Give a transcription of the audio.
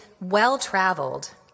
well-traveled